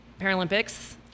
Paralympics